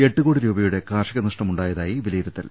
എട്ട്കോടി രൂപയുടെ കാർഷിക നഷ്ടമുണ്ടാ യതായി വിലയിരുത്തൽ